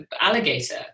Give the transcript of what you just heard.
alligator